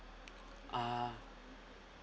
uh